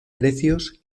precios